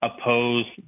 oppose